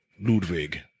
Ludwig